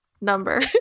number